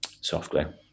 software